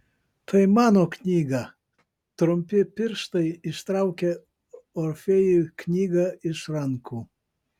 tai mano knyga trumpi pirštai ištraukė orfėjui knygą iš rankų